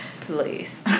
Please